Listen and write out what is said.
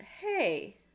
hey